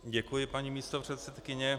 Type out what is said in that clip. Děkuji, paní místopředsedkyně.